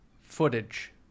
footage